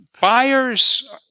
buyers